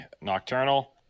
nocturnal